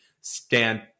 stand